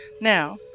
Now